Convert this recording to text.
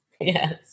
Yes